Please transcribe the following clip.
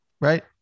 right